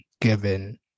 Given